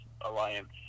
Alliance